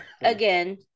Again